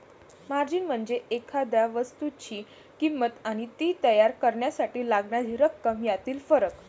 margin म्हणजे एखाद्या वस्तूची किंमत आणि ती तयार करण्यासाठी लागणारी रक्कम यातील फरक